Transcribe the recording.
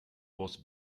was